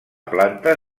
planta